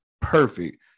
perfect